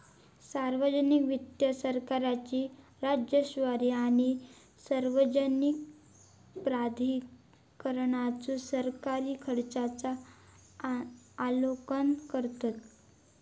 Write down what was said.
सार्वजनिक वित्त सरकारी राजस्व आणि सार्वजनिक प्राधिकरणांचे सरकारी खर्चांचा आलोकन करतत